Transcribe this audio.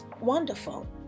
wonderful